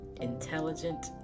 intelligent